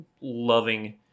loving